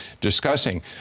discussing